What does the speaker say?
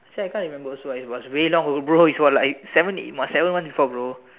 actually I can't remember also it was way long ago bro it was like seven eight months seven months before bro